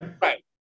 Right